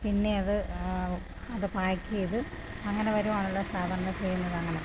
പിന്നെ അത് അത് പാക്ക് ചെയ്തു അങ്ങനെ വരികയാണല്ലോ സാധാരണ ചെയ്യുന്നത് അങ്ങനെ